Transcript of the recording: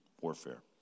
warfare